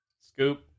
Scoop